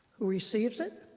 receives it,